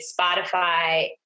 Spotify